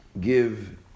give